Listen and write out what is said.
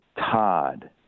Todd